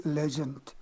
legend